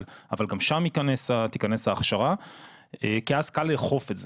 אבל גם שם תיכנס ההכשרה כי אז קל לאכוף את זה.